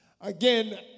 again